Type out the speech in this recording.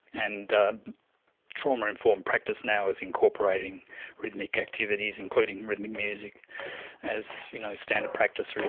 and trauma informed practice now is incorporating rhythmic activities, including rhythmic music as you know standard practice really.